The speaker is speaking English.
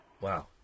Wow